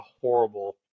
horrible